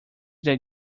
that